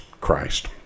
Christ